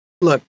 Look